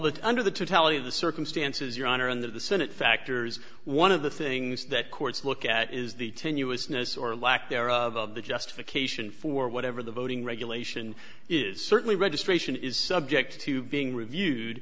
that under the to tell you the circumstances your honor and that the senate factors one of the things that courts look at is the tenuousness or lack thereof of the justification for whatever the voting regulation is certainly registration is subject to being